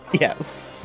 Yes